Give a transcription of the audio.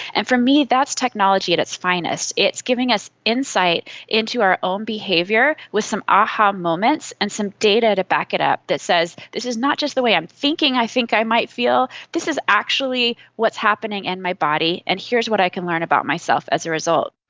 and for me, that's technology at its finest. it's giving us insight into our own behaviour with some ah a-ha um moments and some data to back it up that says this is not just the way i'm thinking i think i might feel, this is actually what's happening in and my body, and here's what i can learn about myself as a result.